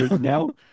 Now